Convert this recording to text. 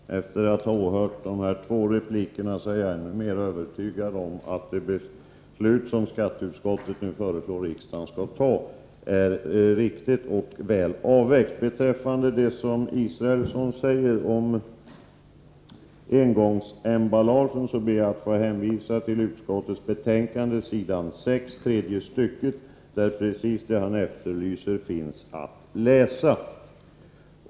Herr talman! Efter att ha åhört de här två replikerna är jag ännu mer övertygad om att det beslut som skatteutskottet nu föreslår riksdagen att fatta är riktigt och väl avvägt. Beträffande det Per Israelsson säger om engångsemballagen ber jag att få hänvisa till utskottets betänkande, s. 6, tredje stycket, där precis det han efterlyser finns att läsa.